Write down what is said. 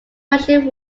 russian